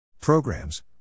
Programs